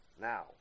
Now